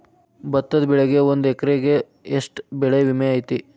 ಭತ್ತದ ಬೆಳಿಗೆ ಒಂದು ಎಕರೆಗೆ ಎಷ್ಟ ಬೆಳೆ ವಿಮೆ ಐತಿ?